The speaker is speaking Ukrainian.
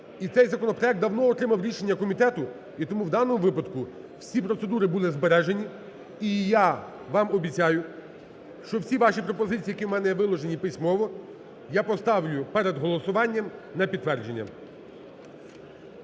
І цей законопроект давно отримав рішення комітету. І тому в даному випадку всі процедури були збережені і я вам обіцяю, що всі ваші пропозиції, які в мене є виложені письмово, я поставлю перед голосуванням на підтвердження.